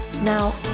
Now